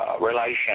relation